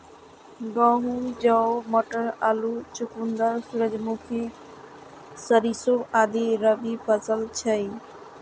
गहूम, जौ, मटर, आलू, चुकंदर, सूरजमुखी, सरिसों आदि रबी फसिल छियै